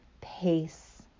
pace